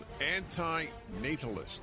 anti-natalist